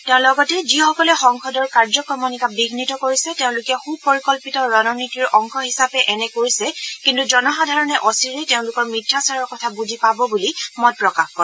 তেওঁ লগতে যিসকলে সংসদৰ কাৰ্যক্ৰমণিকা বিয়িত কৰিছে তেওঁলোকে সুপৰিকল্পিত ৰণনীতিৰ অংশ হিচাপে এনে কৰিছে কিন্তু জনসাধাৰণে অচিৰেই তেওঁলোকৰ মিথ্যাচাৰৰ কথা বুজি পাব বুলি মত প্ৰকাশ কৰে